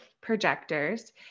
projectors